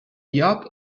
lloc